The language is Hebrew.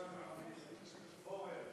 פוֹרר.